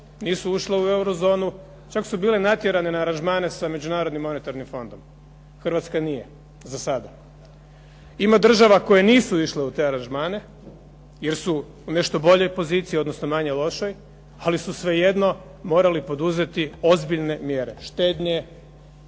nisu ušle u euro zonu, čak su bile na aranžmane sa međunarodnim monetarnim fondom. Hrvatska nije, za sada. Ima država koje nisu išle u te aranžmane jer su u nešto boljoj poziciji, odnosno manje lošoj, ali su svejedno morali poduzeti ozbiljne mjere štednje,